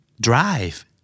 Drive